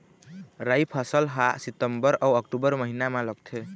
राई फसल हा सितंबर अऊ अक्टूबर महीना मा लगथे